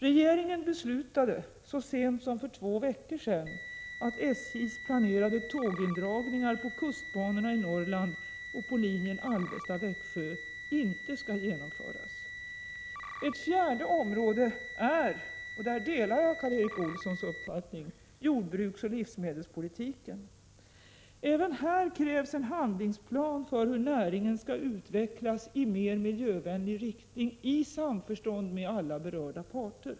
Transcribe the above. —- Regeringen beslutade, så sent som för två veckor sedan, att SJ:s planerade tågindragningar på kustbanorna i Norrland och på linjen Alvesta-Växjö inte skall genomföras. Ett fjärde område är, och där delar jag Karl Erik Olssons uppfattning, jordbruksoch livsmedelspolitiken. Även här krävs en handlingsplan för hur näringen skall utvecklas i mer miljövänlig riktning i samförstånd med alla berörda parter.